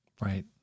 Right